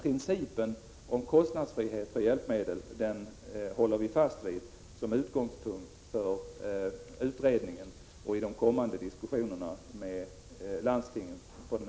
Principen om kostnadsfrihet för hjälpmedel håller vi emellertid fast vid som utgångspunkt för utredningen och i de kommande diskussionerna med landstingen.